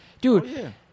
Dude